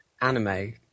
anime